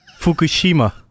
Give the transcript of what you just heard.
fukushima